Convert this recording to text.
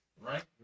right